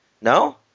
No